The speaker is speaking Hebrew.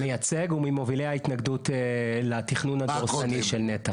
מייצג וממובילי ההתנגדות לתכנון הדורסני של נת"ע.